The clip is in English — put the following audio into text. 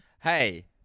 Hey